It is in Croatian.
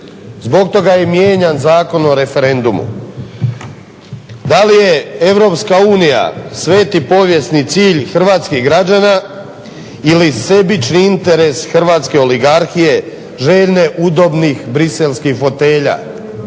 Zbog toga je i mijenjan Zakon o referendumu. Da li je EU sveti povijesni cilj hrvatskih građana ili sebični interes hrvatske oligarhije željne udobnih briselskih fotelja?